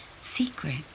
secret